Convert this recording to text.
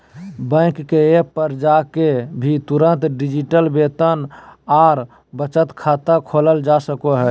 bank के app पर जाके भी तुरंत डिजिटल वेतन आर बचत खाता खोलल जा सको हय